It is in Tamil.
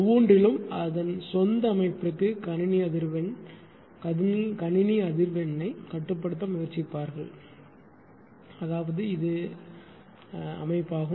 ஒவ்வொன்றிலும் அதன் சொந்த அமைப்பிற்கு கணினி அதிர்வெண்ணைக் கட்டுப்படுத்த முயற்சிப்பார்கள் அதாவது இது அமைப்பாகும்